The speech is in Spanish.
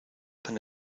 tan